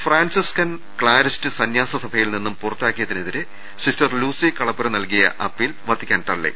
Franciscan Clarist സന്യാസസഭയിൽ നിന്നും പുറത്താക്കിയതിനെതിരെ സിസ്റ്റർ ലൂസി കളപ്പുര നൽകിയ അപ്പീൽ വത്തിക്കാൻ തള്ളി